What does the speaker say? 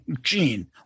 Gene